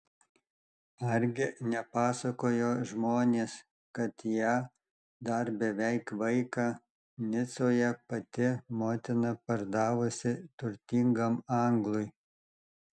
argi nepasakojo žmonės kad ją dar beveik vaiką nicoje pati motina pardavusi turtingam anglui